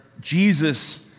Jesus